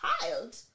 child